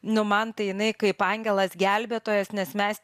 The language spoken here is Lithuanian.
nu man tai jinai kaip angelas gelbėtojas nes mes